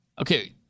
Okay